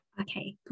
okay